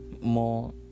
more